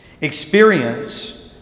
experience